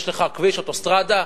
יש לך כביש אוטוסטרדה,